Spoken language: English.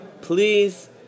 Please